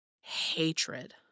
Hatred